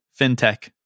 Fintech